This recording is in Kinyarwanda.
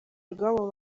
rwabo